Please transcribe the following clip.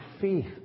faith